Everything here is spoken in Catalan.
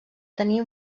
tenir